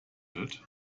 bild